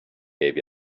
gave